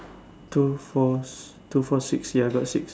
two four two four six ya got six